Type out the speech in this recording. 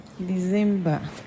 December